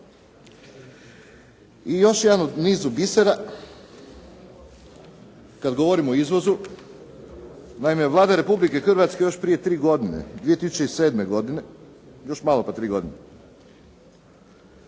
I još jedan od niza bisera, kada govorimo o izvozu. Naime, Vlada Republike Hrvatske još prije 3 godine, 2007. godine, još malo pa 3 godine,